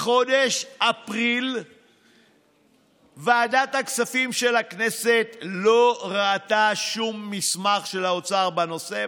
מחודש אפריל ועדת הכספים של הכנסת לא ראתה שום מסמך של האוצר בנושא.